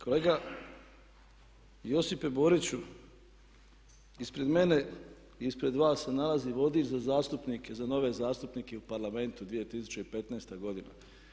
Kolega Josipe Boriću, ispred mene i ispred vas se nalazi Vodič za zastupnike, za nove zastupnike u Parlamentu 2015.godine.